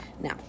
Now